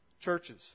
churches